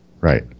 right